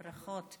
ברכות.